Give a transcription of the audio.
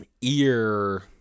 Ear